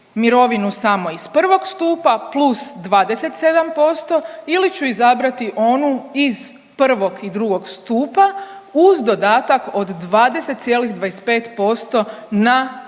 mirovinu samo iz I. stupa plus 27% ili ću izabrati onog iz I. i II. stupa uz dodatak od 20,25% na